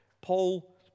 Paul